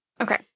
Okay